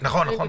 ובנוסף,